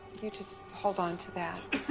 you just hold onto that.